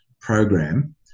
program